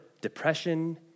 depression